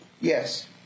Yes